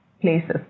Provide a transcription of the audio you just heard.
places